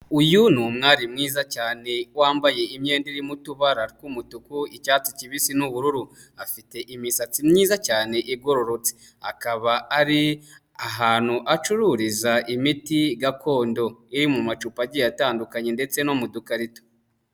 Uyu ni umwari mwiza cyane wambaye imyenda irimo utubara tw'umutuku, icyatsi kibisi, n'ubururu. Afite imisatsi myiza cyane igororotse, akaba ari ahantu acururiza imiti gakondo iri mu macupa agiye atandukanye ndetse no mu dukarito.